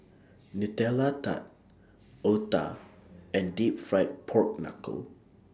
Nutella Tart Otah and Deep Fried Pork Knuckle